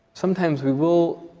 sometimes we will,